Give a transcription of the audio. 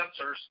sensors